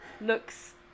looks